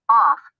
off